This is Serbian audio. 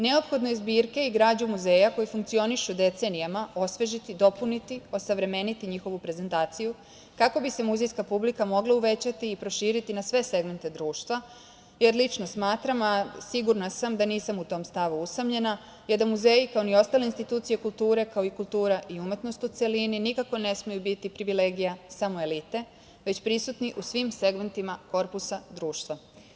Neophodno je zbirke i građu muzeja koji funkcionišu decenijama osvežiti, dopuniti, osavremeniti njihovu prezentaciju kako bi se muzejska publika mogla uvećati i proširiti na sve segmente društva, jer lično smatram, a sigurna sam da nisam u tom stavu usamljena je da muzeji, kao ni ostale institucije kulture, kao i kultura i umetnost u celini nikako ne smeju biti privilegija samo elite, već prisutni u svim segmentima korpusa društva.